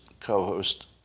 co-host